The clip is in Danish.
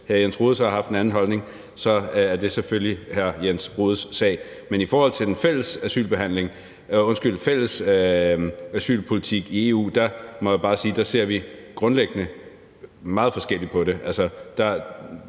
hr. Jens Rohde så har haft en anden holdning, er det selvfølgelig hr. Jens Rohdes sag. Men i forhold til den fælles asylpolitik i EU må jeg bare sige, at vi grundlæggende ser meget forskelligt på det.